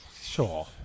Sure